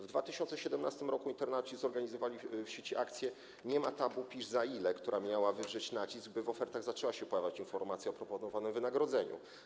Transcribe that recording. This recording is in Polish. W 2017 r. internauci zorganizowali w sieci akcję „Nie ma tabu, pisz, za ile”, która miała wywrzeć nacisk, by w ofertach zaczęła się pojawiać informacja o proponowanym wynagrodzeniu.